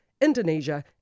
Indonesia